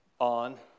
on